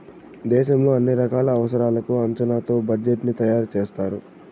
దేశంలో అన్ని రకాల అవసరాలకు అంచనాతో బడ్జెట్ ని తయారు చేస్తారు